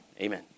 Amen